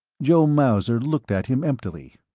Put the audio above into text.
joe mauser looked at him emptily.